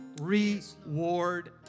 reward